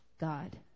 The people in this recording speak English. God